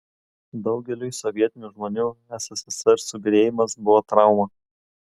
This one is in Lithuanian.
daugeliui sovietinių žmonių sssr subyrėjimas buvo trauma